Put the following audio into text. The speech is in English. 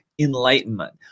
enlightenment